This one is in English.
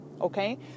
Okay